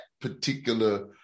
particular